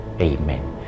Amen